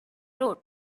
road